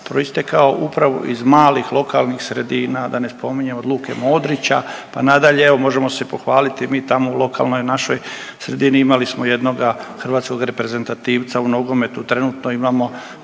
proistekao upravo iz malih lokalnih sredina, da ne spominjem od Luke Modrića pa nadalje, evo možemo se pohvaliti mi tamo u lokalnoj našoj sredini imali smo jednog hrvatskog reprezentativca u nogometu, trenutno imamo